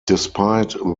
despite